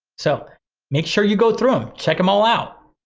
so make sure you go through them, check them all out.